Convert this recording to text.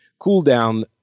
cooldown